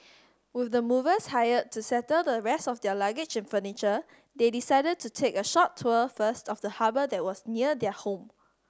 with the movers hired to settle the rest of their luggage and furniture they decided to take a short tour first of the harbour that was near their home